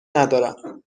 ندارم